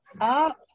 up